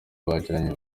bagiranye